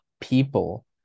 people